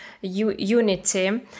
unity